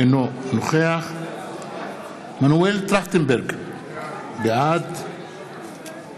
אינו נוכח מנואל טרכטנברג, בעד